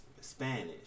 Spanish